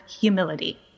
humility